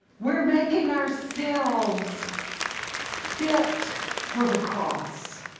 we're making ourselves fit for the cross.